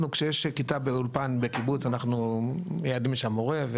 כשיש כיתה באולפן בקיבוץ אנחנו מייעדים לשם מורה.